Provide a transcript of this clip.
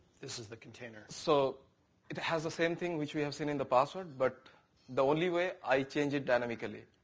this is the container. sarbbottam so it has the same thing which we have seen in the password, but the only way i change it dynamically.